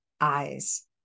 eyes